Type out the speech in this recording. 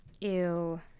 ew